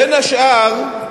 בין השאר,